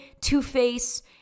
Two-Face